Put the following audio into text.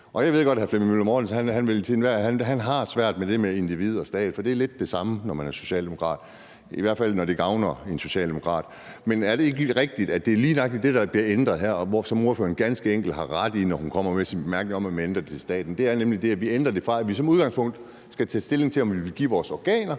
Jeg ved godt, at hr. Flemming Møller Mortensen har svært ved det med individ og stat, for det er lidt det samme, når man er socialdemokrat, i hvert fald når det gavner en socialdemokrat. Men er det ikke rigtigt, at det lige nøjagtig er det, der bliver ændret her, hvilket ordføreren ganske enkelt har ret i, når hun kommer med sin bemærkning om, at man ændrer det i forhold til staten? Det er nemlig det, at vi ændrer det fra, at vi som udgangspunkt skal tage stilling til, om vi vil give vores organer,